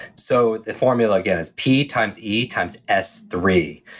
so the formula again is p times e times s three.